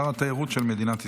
שר התיירות של מדינת ישראל,